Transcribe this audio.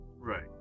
Right